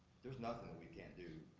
there's nothing that we can't do,